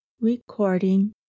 recording